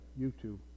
YouTube